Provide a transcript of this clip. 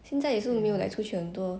现在也是没有出去很多